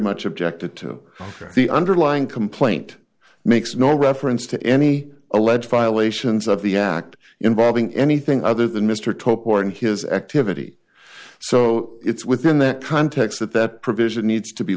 much objected to the underlying complaint makes no reference to any alleged violations of the act involving anything other than mr took part in his activity so it's within that context that that provision needs to be